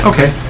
Okay